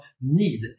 need